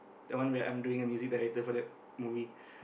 that one where I'm doing a music director for that movie